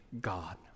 God